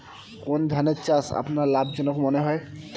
কোন ধানের চাষ আপনার লাভজনক মনে হয়?